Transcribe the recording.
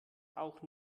auch